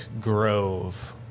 grove